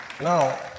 Now